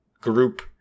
group